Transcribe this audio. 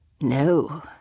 No